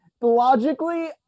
logically